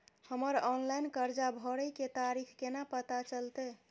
हमर ऑनलाइन कर्जा भरै के तारीख केना पता चलते?